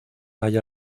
hay